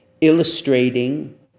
illustrating